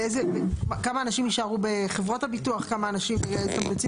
כמה אנשים יישארו בחברות הביטוח, כמה אנשים ירצו